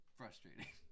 frustrating